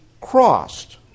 crossed